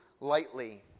lightly